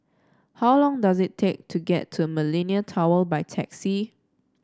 how long does it take to get to Millenia Tower by taxi